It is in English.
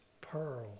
pearl